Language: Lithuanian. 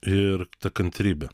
ir ta kantrybė